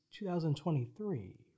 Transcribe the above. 2023